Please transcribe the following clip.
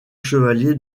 chevalier